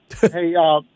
Hey